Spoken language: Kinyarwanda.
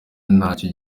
nacyo